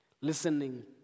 listening